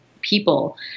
people